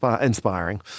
inspiring